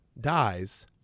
dies